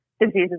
diseases